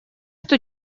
что